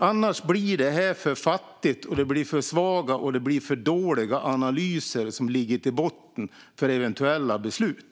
Annars kommer fattiga, svaga och dåliga analyser att ligga i botten för eventuella beslut.